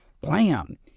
blam